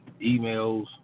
emails